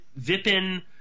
Vipin